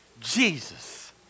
Jesus